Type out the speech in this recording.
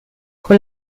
con